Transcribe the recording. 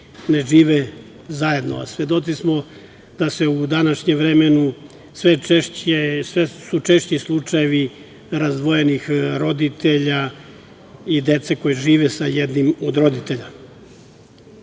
ne žive zajedno, a svedoci smo da su u današnje vreme sve češće slučajevi razdvojenih roditelja i dece koja žive sa jednim od roditelja. Najnovija